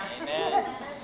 Amen